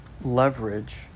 leverage